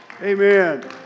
Amen